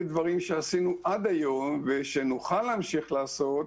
דברים שעשינו עד היום ושנוכל להמשיך לעשות,